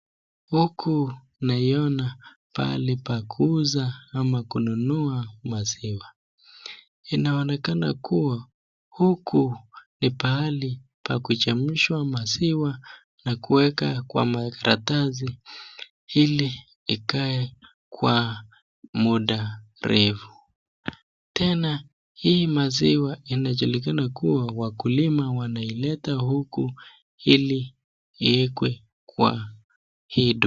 Huku naiona pahali pa kuuza ama kununua maziwa. Inaonekana kuwa huku ni pahali pa kujemsha maziwa na kuwekwa kwa makaratasi ili ikae kwa muda refu. Tena hii maziwa inajulikana kuwa wakulima wanaileta huku ili iwekwe kwa hii duka.